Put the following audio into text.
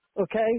okay